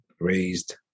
raised